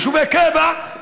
יישובי קבע,